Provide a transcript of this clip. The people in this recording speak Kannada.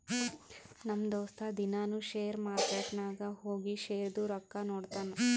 ನಮ್ ದೋಸ್ತ ದಿನಾನೂ ಶೇರ್ ಮಾರ್ಕೆಟ್ ನಾಗ್ ಹೋಗಿ ಶೇರ್ದು ರೊಕ್ಕಾ ನೋಡ್ತಾನ್